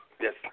Yes